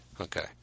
Okay